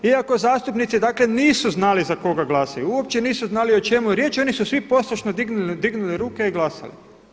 Iako zastupnici, dakle nisu znali za koga glasuju, uopće nisu znali o čemu je riječ, oni su svi poslušno dignuli ruke i glasali.